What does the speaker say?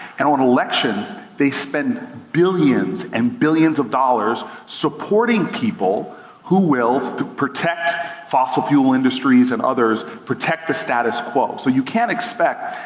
and on elections, they spend billions and billions of dollars, supporting people who will protect fossil fuel industries and others, protect the status quo. so you can't expect,